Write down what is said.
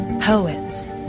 poets